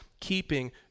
keeping